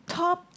top